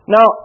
Now